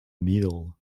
middle